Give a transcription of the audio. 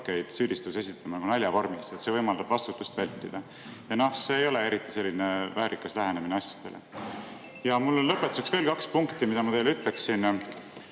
süüdistusi esitama naljavormis. See võimaldab vastutust vältida. See ei ole eriti väärikas lähenemine asjadele. Mul on lõpetuseks veel kaks punkti, mida ma teile ütlen.